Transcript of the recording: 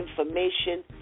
information